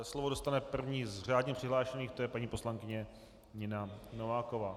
Slovo dostane první z řádně přihlášených, to je paní poslankyně Nina Nováková.